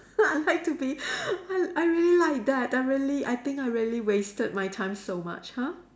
I like to be I I really like that that I really I think I really wasted my time so much !huh!